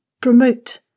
promote